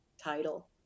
title